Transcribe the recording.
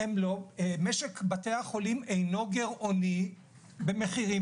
משק בתי החולים אינו גירעוני במחירים